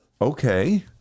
okay